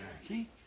See